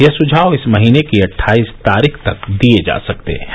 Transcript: यह सुझाव इस महीने की अट्ठाईस तारीख तक दिये जा सकते हैं